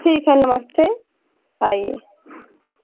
ठीक है नमस्ते आइए